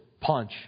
punch